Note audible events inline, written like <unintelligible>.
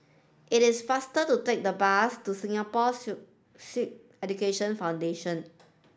it is faster to take the bus to Singapore <unintelligible> Sikh Education Foundation